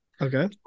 Okay